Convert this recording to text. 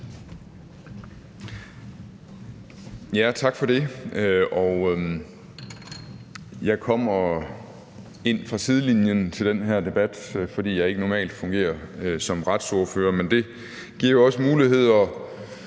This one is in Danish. Tak for det. Jeg kommer ind fra sidelinjen til den her debat, fordi jeg ikke normalt fungerer som retsordfører. Men det giver jo også muligheder